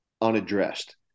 unaddressed